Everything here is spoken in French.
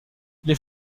les